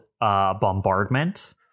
Bombardment